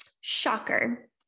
Shocker